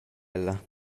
ella